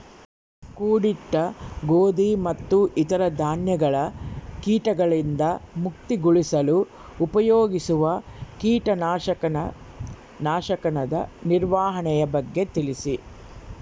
ಕೂಡಿಟ್ಟ ಗೋಧಿ ಮತ್ತು ಇತರ ಧಾನ್ಯಗಳ ಕೇಟಗಳಿಂದ ಮುಕ್ತಿಗೊಳಿಸಲು ಉಪಯೋಗಿಸುವ ಕೇಟನಾಶಕದ ನಿರ್ವಹಣೆಯ ಬಗ್ಗೆ ತಿಳಿಸಿ?